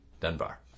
Dunbar